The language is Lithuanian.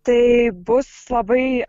tai bus labai